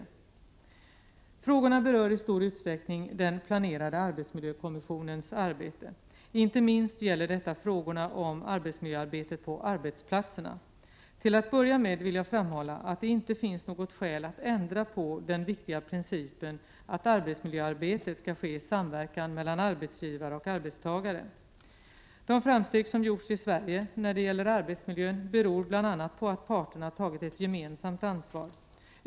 Frågorna berör i stor utsträckning den planerade arbetsmiljökommissionens arbete. Inte minst gäller detta frågorna om arbetsmiljöarbetet på arbetsplatserna. Till att börja med vill jag framhålla att det inte finns något skäl att ändra på den viktiga principen att arbetsmiljöarbetet skall ske i samverkan mellan arbetsgivare och arbetstagare. De framsteg som gjorts i Sverige när det gäller arbetsmiljön beror bl.a. på att parterna tagit ett gemensamt ansvar.